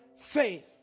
faith